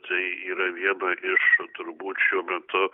tai yra viena iš turbūt šiuo metu